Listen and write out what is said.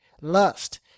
lust